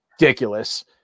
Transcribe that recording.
Ridiculous